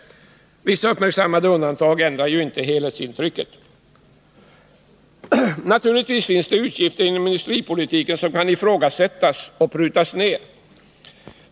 Vissa uppmärksammade undantag ändrar ju inte helhetsintrycket. Naturligtvis finns det utgifter inom industripolitiken som kan ifrågasättas och prutas ned.